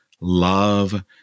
love